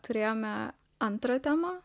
turėjome antrą temą